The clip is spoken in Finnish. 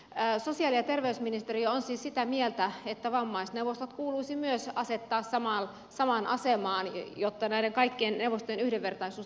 sosiaali ja terveysministeriö on siis sitä mieltä että myös vammaisneuvostot kuuluisi asettaa samaan asemaan jotta näiden kaikkien neuvostojen yhdenvertaisuus toteutuisi